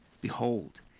Behold